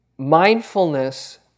mindfulness